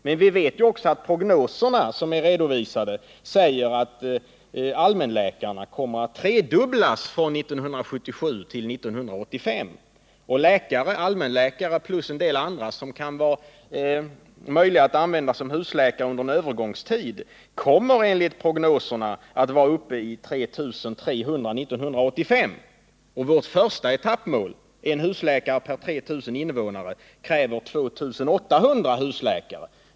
Men vi vet också att prognoserna visar att antalet allmänläkare kommer att tredubblas från 1977 till 1985. Och antalet allmänläkare plus en del andra som kan vara möjliga att använda som husläkare under en övergångstid kommer enligt prognoserna att vara uppe i 3 300 år 1985. Vårt första etappmål, en husläkare per 3 000 invånare, kräver 2800 husläkare.